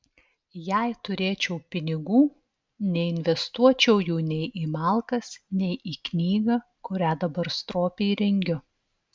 jei turėčiau pinigų neinvestuočiau jų nei į malkas nei į knygą kurią dabar stropiai rengiu